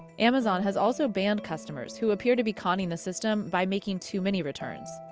amazon has also banned customers who appear to be conning the system by making too many returns.